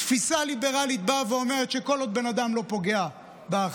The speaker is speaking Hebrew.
התפיסה הליברלית באה ואומרת שכל עוד בן אדם לא פוגע באחר,